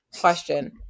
Question